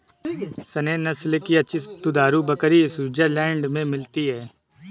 Saanen नस्ल की अच्छी दुधारू बकरी स्विट्जरलैंड में मिलती है